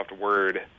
Word